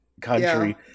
country